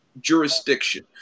jurisdiction